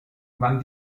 wann